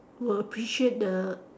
will appreciate the